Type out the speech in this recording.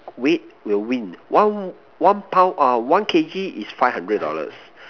weight will win one one pound uh one K_G is five hundred dollars